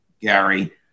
Gary